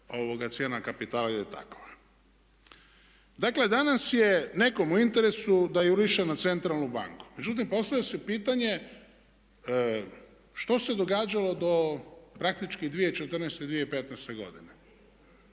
zašto cijena kapitala ide tako. Dakle, danas je nekom u interesu da juriša na centralnu banku. Međutim, postavlja se pitanje što se događalo do praktički 2014., 2015. godine?